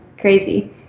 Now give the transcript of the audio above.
crazy